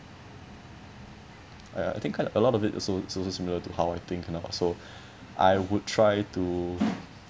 I I think a lot of it is also is so similar to how I think now so I would try to